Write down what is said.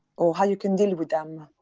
or how you can deal with them?